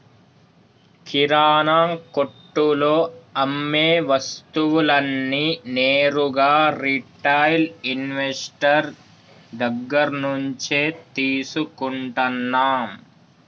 కిరణా కొట్టులో అమ్మే వస్తువులన్నీ నేరుగా రిటైల్ ఇన్వెస్టర్ దగ్గర్నుంచే తీసుకుంటన్నం